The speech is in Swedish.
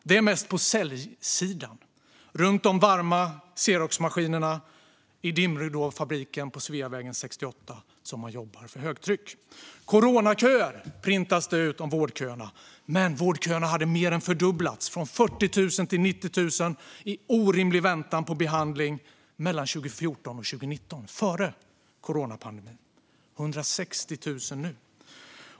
Det är mest på säljsidan, runt de varma xeroxmaskinerna i dimridåfabriken på Sveavägen 68, som man jobbar för högtryck. Coronaköer, printas det ut om vårdköerna. Men vårdköerna hade mer än fördubblats, från 40 000 till 90 000 i orimlig väntan på behandling, mellan 2014 och 2019 - före coronapandemin! Nu är siffran 160 000.